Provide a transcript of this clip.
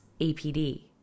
APD